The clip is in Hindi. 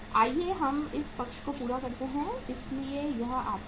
आइए हम इस पक्ष को पूरा करते हैं इसलिए यह आता है